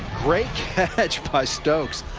great catch by stokes.